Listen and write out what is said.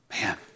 Man